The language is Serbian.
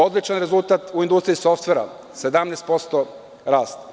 Odličan rezultat u industriji softvera, 17% rast.